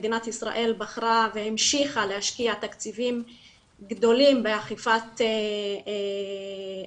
מדינת ישראל בחרה והמשיכה להשקיע תקציבים גדולים באכיפת ההריסה